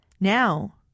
Now